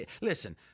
listen